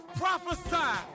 prophesy